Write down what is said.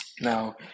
now